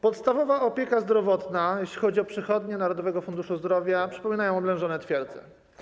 Podstawowa opieka zdrowotna - jeśli chodzi o przychodnie Narodowego Funduszu Zdrowia, przypominają one oblężone twierdze.